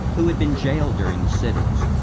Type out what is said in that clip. who had been jailed during the sit-ins,